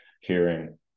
hearing